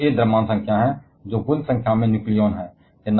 दूसरी ओर एक द्रव्यमान संख्या है जो कुल संख्या में न्यूक्लियॉन है